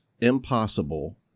impossible